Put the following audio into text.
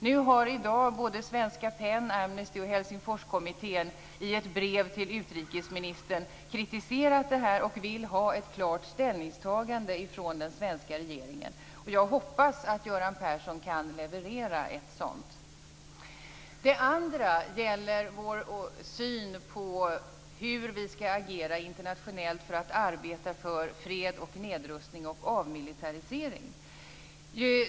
Nu har i dag både Svenska PEN, Amnesty och Helsingforskommittén i ett brev till utrikesministern kritiserat det här och vill ha ett klart ställningstagande från den svenska regeringen. Jag hoppas att Göran Persson kan leverera ett sådant. Det andra gäller vår syn på hur vi skall agera internationellt för att arbeta för fred, nedrustning och avmilitarisering.